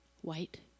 white